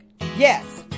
Yes